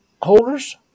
Holders